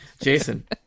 Jason